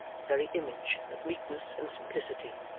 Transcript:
the very image of meekness and simplicity,